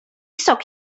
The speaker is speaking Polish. sok